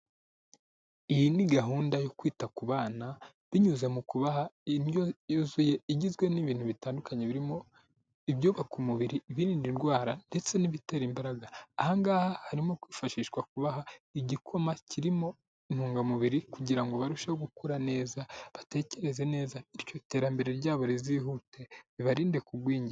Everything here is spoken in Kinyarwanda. Iyi ni gahunda yo kwita ku bana, binyuze mu kubaha indyo yuzuye igizwe n'ibintu bitandukanye birimo ibyubaka umubiri, ibirinda indwara ndetse n'ibitera imbaraga. Aha ngaha harimo kwifashishwa kubaha igikoma kirimo intungamubiri, kugira ngo barusheho gukura neza, batekereze neza bicyo iterambere ryabo rizihute bibarinde kugwingira.